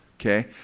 Okay